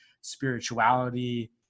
spirituality